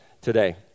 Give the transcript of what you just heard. today